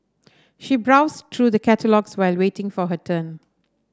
she browsed through the catalogues while waiting for her turn